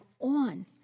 on